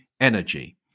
energy